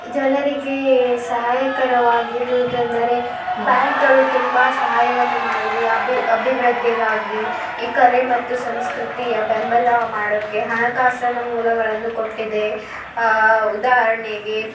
ಜನರಿಗೆ ಸಹಾಯಕರವಾಗಿರುವುದೆಂದರೆ ಬ್ಯಾಂಕ್ಗಳು ತುಂಬ ಸಹಾಯವನ್ನು ಮಾಡಿದೆ ಅಬಿ ಅಭಿವೃದ್ದಿಗಾಗಿ ಈ ಕಲೆ ಮತ್ತು ಸಂಸ್ಕೃತಿಯ ಬೆಂಬಲ ಮಾಡೋಕ್ಕೆ ಹಣಕಾಸಿನ ಮೂಲಗಳನ್ನು ಕೊಟ್ಟಿದೆ ಉದಾಹರ್ಣೆಗೆ